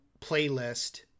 playlist